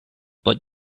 but